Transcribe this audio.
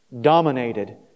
dominated